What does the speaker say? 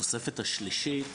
בתוספת השלישית